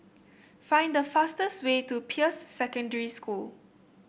find the fastest way to Peirce Secondary School